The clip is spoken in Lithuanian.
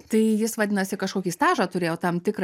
tai jis vadinasi kažkokį stažą turėjo tam tikrą